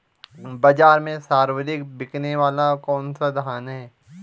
बाज़ार में सर्वाधिक बिकने वाला कौनसा धान है?